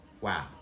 Wow